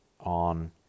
on